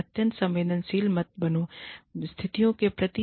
अत्यंत संवेदनशील हाइपरसेंसिटिव मत बनो